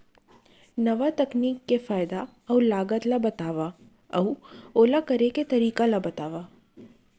नवा तकनीक के फायदा अऊ लागत ला बतावव अऊ ओला करे के तरीका ला बतावव?